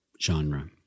Genre